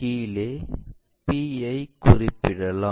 கீழே p ஐ குறிப்பிடவும்